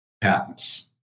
patents